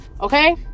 okay